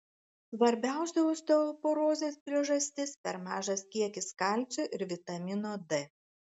svarbiausia osteoporozės priežastis per mažas kiekis kalcio ir vitamino d